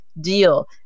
deal